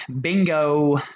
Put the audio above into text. bingo